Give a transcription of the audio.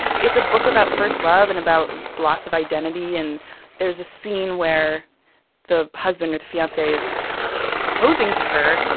it's a book about first love and about loss of identity and there's this ah scene where the husband, or the fiance, is proposing to her.